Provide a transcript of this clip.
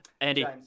Andy